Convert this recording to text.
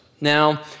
Now